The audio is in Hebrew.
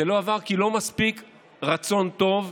זה לא עבר כי לא מספיק רצון טוב,